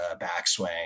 backswing